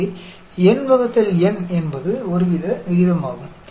எனவே n N என்பது ஒருவித விகிதமாகும்